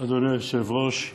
היושב-ראש,